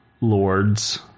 lords